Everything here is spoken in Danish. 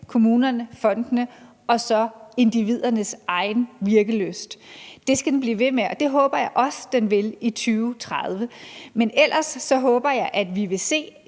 kommunerne, fondene og så individernes egen virkelyst. Det skal den blive ved med, og det håber jeg også den vil i 2030. Men ellers håber jeg, at vi vil se